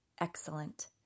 excellent